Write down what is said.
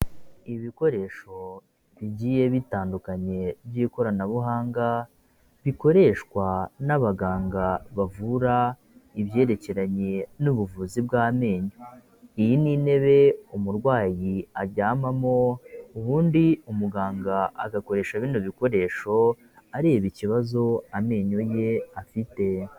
Ibikoresho bigiye bitandukanye by'ikoranabuhanga bikoreshwa n'abaganga bavura ibyerekeranye n'ubuvuzi bw'amenyo, iyi ni intebe umurwayi aryamamo ubundi umuganga agakoresha bino bikoresho areba ikibazo amenyo ye afite.